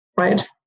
right